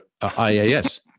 IAS